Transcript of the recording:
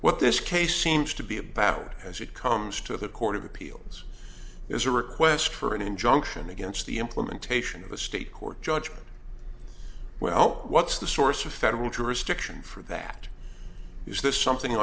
what this case seems to be about as it comes to the court of appeals is a request for an injunction against the implementation of a state court judge well what's the source of federal jurisdiction for that is this something